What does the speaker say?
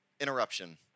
interruption